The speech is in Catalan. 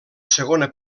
segona